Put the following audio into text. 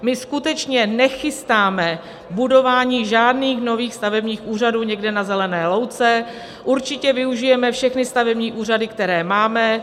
My skutečně nechystáme budování žádných nových stavebních úřadů někde na zelené louce, určitě využijeme všechny stavební úřady, které máme.